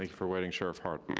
like for waiting, sheriff hart.